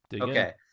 Okay